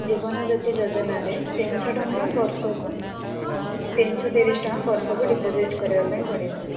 ଜୀବନ ଜ୍ୟୋତି ଯୋଜନାରେ ତିନିଶ ଟଙ୍କା ବର୍ଷକୁ ତିନିଶ ତିରିଶ ଟଙ୍କା ବର୍ଷକୁ ଡିପୋଜିଟ୍ କରିବାପାଇଁ ପଡ଼ିବ